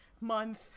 month